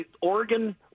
Oregon